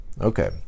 okay